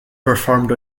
performed